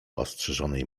ostrzyżonej